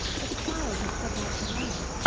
if a child had set out to ride,